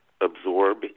absorb